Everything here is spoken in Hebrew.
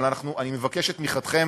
אבל אני מבקש את תמיכתכם.